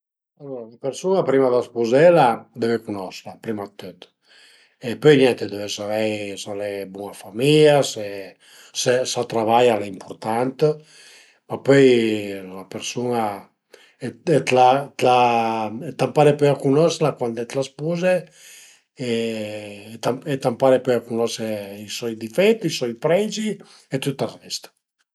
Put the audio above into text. Alura üna persun-a prima dë spuzela deve cunosla prima dë tüt e pöi niente deve savei s'al e d'bun-a famìa, s'a travaia al e impurtant, ma pöi la persun-a t'la t'la t'ëmpare pöi a cunosla cuand t'la spuze e t'ëmpare pöi a cunose i soi difetti i soi pregi e tüt ël rest